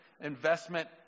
investment